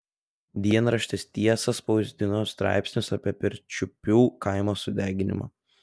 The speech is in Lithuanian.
dienraštis tiesa spausdino straipsnius apie pirčiupių kaimo sudeginimą